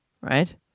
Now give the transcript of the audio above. right